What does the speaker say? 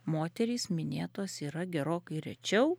moterys minėtos yra gerokai rečiau